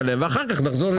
ואחר כך נחזור.